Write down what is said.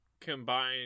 combine